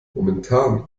momentan